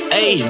Hey